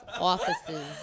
Offices